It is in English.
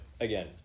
again